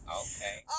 okay